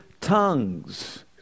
tongues